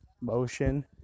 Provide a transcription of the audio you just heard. motion